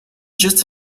just